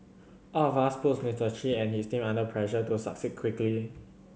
all of which puts Mister Chi and his team under pressure to succeed quickly